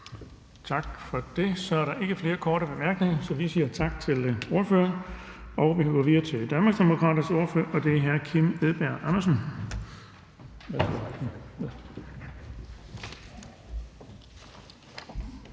Tak. Der er ikke flere korte bemærkninger, så vi siger tak til ordføreren. Vi går videre til Danmarksdemokraternes ordfører, og det er hr. Kim Edberg Andersen.